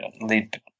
lead